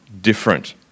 different